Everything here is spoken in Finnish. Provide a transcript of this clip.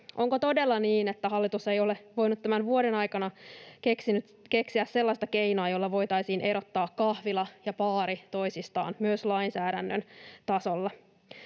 Onko todella niin, että hallitus ei ole voinut tämän vuoden aikana keksiä sellaista keinoa, jolla voitaisiin erottaa kahvila ja baari toisistaan myös lainsäädännön tasolla?